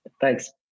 Thanks